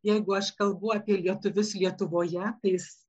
jeigu aš kalbu apie lietuvius lietuvoje tai jis